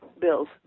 Bill's